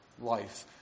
Life